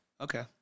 Okay